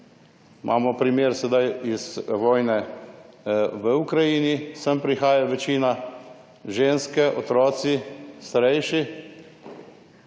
Imamo primer sedaj iz vojne v Ukrajini. Sem prihaja večina, ženske, otroci, starejši.